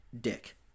dick